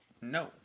No